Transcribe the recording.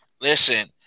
Listen